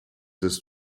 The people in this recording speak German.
ist